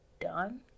done